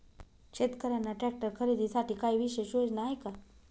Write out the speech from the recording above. शेतकऱ्यांना ट्रॅक्टर खरीदीसाठी काही विशेष योजना आहे का?